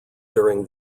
during